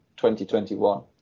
2021